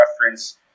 reference